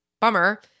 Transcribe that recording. bummer